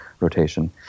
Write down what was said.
rotation